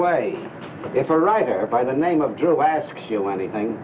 way if a writer by the name of joe asks you anything